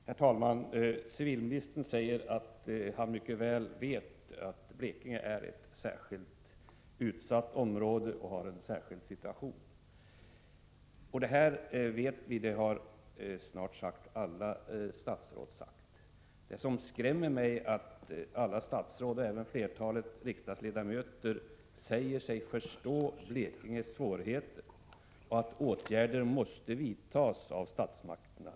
Herr talman! Civilministern säger att han mycket väl vet att Blekinge är ett särskilt utsatt område och har en speciell situation. Detta vet vi — det har nästan alla statsråd sagt. Statsråden och även flertalet riksdagsledamöter säger sig förstå Blekinges svårigheter och att åtgärder måste vidtas av statsmakterna.